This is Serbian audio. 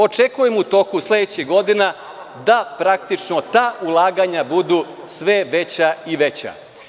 Očekujem u toku sledeće godine da praktično ta ulaganja budu sve veća i veća.